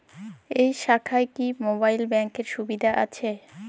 এই শাখায় কি মোবাইল ব্যাঙ্কের সুবিধা আছে?